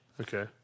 Okay